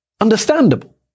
understandable